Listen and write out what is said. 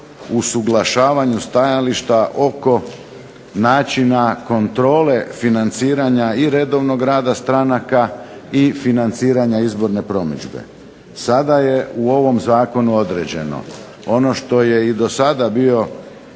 usuglašavanju stajališta oko načina kontrole financiranja i redovnog rada stranaka i financiranja izborne promidžbe. Sada je u ovom zakonu određeno ono što je i dosada bio